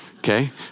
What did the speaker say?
Okay